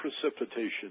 precipitation